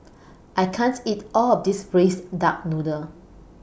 I can't eat All of This Braised Duck Noodle